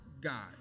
God